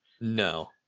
No